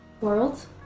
world